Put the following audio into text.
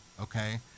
okay